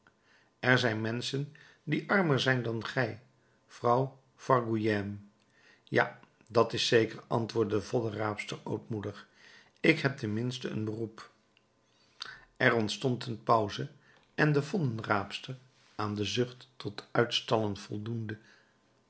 er zijn menschen die armer zijn dan gij vrouw vargoulème ja dat is zeker antwoordde de voddenraapster ootmoedig ik heb ten minste een beroep er ontstond een pauze en de voddenraapster aan de zucht tot uitstallen voldoende